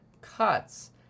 cuts